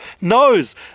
knows